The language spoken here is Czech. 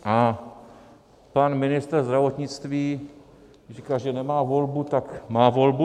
A pan ministr zdravotnictví říká, že nemá volbu, tak má volbu.